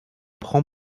prend